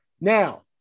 Now